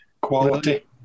Quality